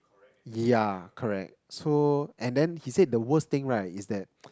yeah correct so and then he said the worst thing right is that